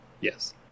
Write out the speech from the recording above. yes